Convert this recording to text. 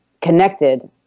connected